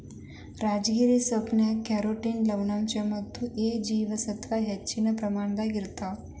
ರಾಜಗಿರಿ ಸೊಪ್ಪಿನ್ಯಾಗ ಕ್ಯಾರೋಟಿನ್ ಲವಣಾಂಶಗಳು ಮತ್ತ ಎ ಜೇವಸತ್ವದ ಹೆಚ್ಚಿನ ಪ್ರಮಾಣದಾಗ ಇರ್ತಾವ